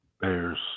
Bears